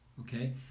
okay